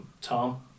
Tom